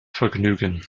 vergnügen